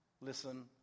listen